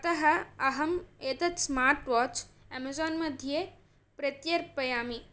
अतः अहम् एतत् स्मार्ट् वाच् एमेज़ोन् मध्ये प्रत्यर्पयामि